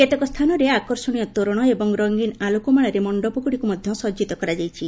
କେତେକ ସ୍ଚାନରେ ଆକର୍ଷଣୀୟ ତୋରଣ ଏବଂ ରଙ୍ଗୀନ ଆଲୋକମାଳାରେ ମଣ୍ଡପଗୁଡ଼ିକୁ ମଧ୍ଧ ସଜିତ କରାଯାଇଛି